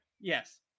Yes